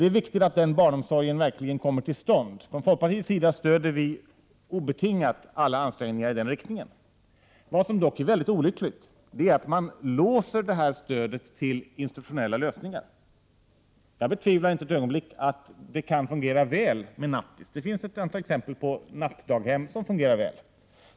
Det är viktigt att den barnomsorgen kommer till stånd. Från folkpartiets sida stödjer vi obetingat alla ansträngningar i den riktningen. Vad som är olyckligt är dock att man låser detta stöd till institutionella lösningar. Jag betvivlar inte ett ögonblick att det kan fungera väl med nattdaghem. Det finns ett antal exempel på nattdaghem som fungerar väl.